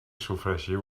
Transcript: sofregiu